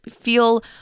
feel